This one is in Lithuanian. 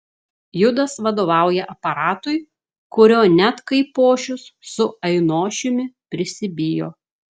judas vadovauja aparatui kurio net kaipošius su ainošiumi prisibijo